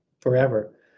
forever